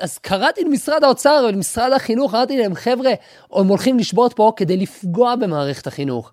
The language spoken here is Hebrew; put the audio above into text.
אז קראתי למשרד האוצר, למשרד החינוך, אמרתי להם, חבר'ה, הם הולכים לשבות פה כדי לפגוע במערכת החינוך.